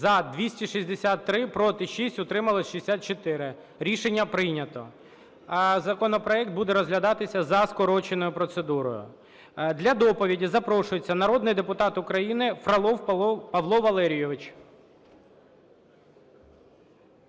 За – 263, проти – 6, утрималось – 64. Рішення прийнято. Законопроект буде розглядатися за скороченою процедурою. Для доповіді запрошується народний депутат України Фролов Павло Валерійович.